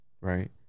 Right